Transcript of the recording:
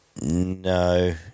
No